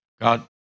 God